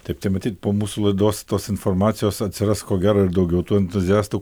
tapti matyt po mūsų laidos tos informacijos atsiras ko gero ir daugiau tų entuziastų